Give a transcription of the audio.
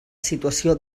situació